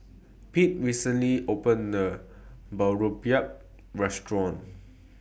Pete recently opened A New Boribap Restaurant